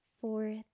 fourth